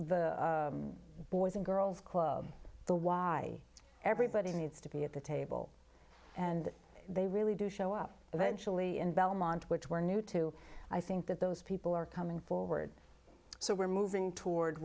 boys and girls club the y everybody needs to be at the table and they really do show up eventually in belmont which were new to i think that those people are coming forward so we're moving toward